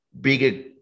bigger